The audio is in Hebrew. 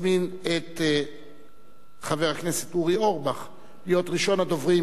את חבר הכנסת אורי אורבך להיות ראשון הדוברים,